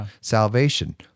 Salvation